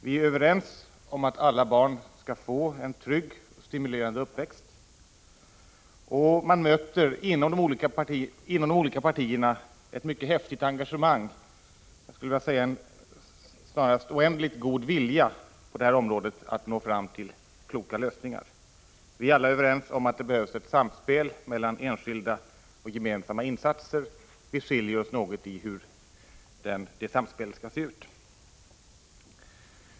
Vi är överens om att alla barn skall få en trygg och stimulerande uppväxt, och man möter inom de olika partierna ett mycket häftigt engagemang, jag skulle vilja säga en snarast oändligt god vilja att på detta område nå fram till kloka lösningar. Vi är alla överens om att det behövs ett samspel mellan enskilda och gemensamma insatser. Vi skiljer oss något beträffande hur det samspelet skall se ut.